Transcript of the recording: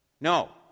No